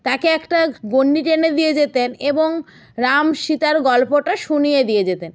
তাকে একটা গন্ডি টেনে দিয়ে যেতেন এবং রাম সীতার গল্পটা শুনিয়ে দিয়ে যেতেন